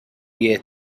year